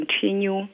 continue